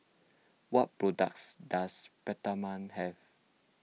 what products does Peptamen have